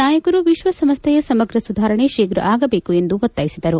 ನಾಯಕರು ವಿಶ್ವಸಂಸ್ಥೆಯ ಸಮಗ್ರ ಸುಧಾರಣೆ ಶೀಫ್ರ ಆಗಬೇಕು ಎಂದು ಒತ್ತಾಯಿಸಿದರು